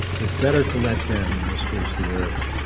it's better to let them, in this case, the arabs,